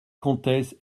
comtesse